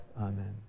Amen